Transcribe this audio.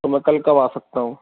تو میں کل کب آ سکتا ہوں